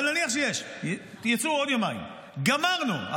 אבל נניח שיש, יצאו, עוד יומיים, גמרנו.